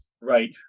Right